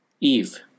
Eve